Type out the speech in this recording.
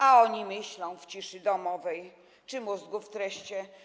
A oni myślą w ciszy domowej czy mózgów treście: